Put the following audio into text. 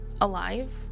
alive